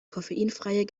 koffeinfreie